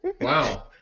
Wow